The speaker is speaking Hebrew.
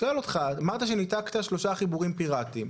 אמרת שניתקת שלושה חיבורים פיראטיים.